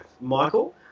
Michael